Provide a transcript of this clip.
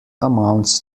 amounts